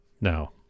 Now